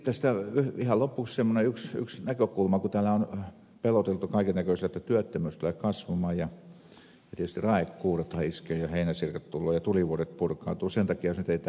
sitten ihan lopuksi yksi näkökulma kun täällä on peloteltu kaiken näköisellä että työttömyys tulee kasvamaan ja tietysti raekuurothan iskevät ja heinäsirkat tulevat ja tulivuoret purkautuvat jos ei tätä nyt hyväksytä